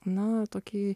na tokį